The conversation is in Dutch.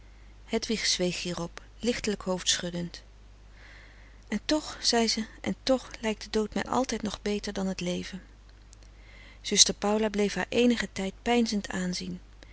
hedwig zweeg hierop lichtelijk hoofdschuddend en toch zei ze en toch lijkt de dood mij altijd nog beter dan t leven zuster paula bleef haar eenigen tijd peinzend aanzien